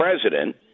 president